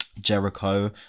Jericho